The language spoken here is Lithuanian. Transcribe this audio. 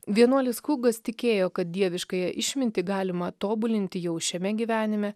vienuolis kugas tikėjo kad dieviškąją išmintį galima tobulinti jau šiame gyvenime